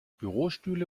bürostühle